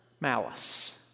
malice